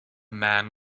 man